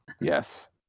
Yes